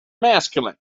masculine